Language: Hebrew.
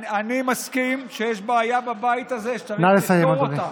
אני מסכים שיש בעיה בבית הזה שצריך לפתור אותה.